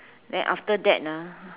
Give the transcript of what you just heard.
then after that ah